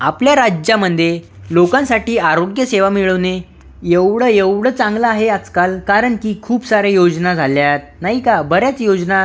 आपल्या राज्यामध्ये लोकांसाठी आरोग्यसेवा मिळवणे एवढं एवढं चांगलं आहे आजकाल कारण की खूप सारे योजना झाल्यात नाही का बऱ्याच योजना